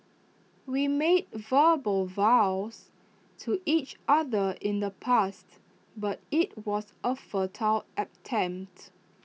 we made verbal vows to each other in the past but IT was A futile attempt